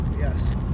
Yes